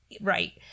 Right